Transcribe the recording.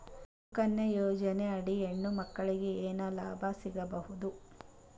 ಸುಕನ್ಯಾ ಯೋಜನೆ ಅಡಿ ಹೆಣ್ಣು ಮಕ್ಕಳಿಗೆ ಏನ ಲಾಭ ಸಿಗಬಹುದು?